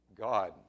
God